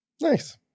nice